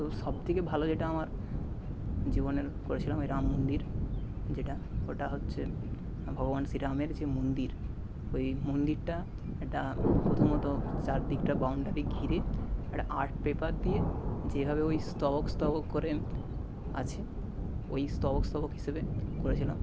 তো সবথেকে ভালো যেটা আমার জীবনের করেছিলাম ওই রাম মন্দির যেটা ওটা হচ্ছে ভগবান শ্রীরামের যে মন্দির ওই মন্দিরটা একটা প্রথমত চারদিকটা বাউন্ডারি ঘিরে একটা আর্ট পেপার দিয়ে যেভাবে ওই স্তবক স্তবক করে আছে ওই স্তবক স্তবক হিসেবে করেছিলাম